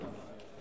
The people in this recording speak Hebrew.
דליה.